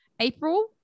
April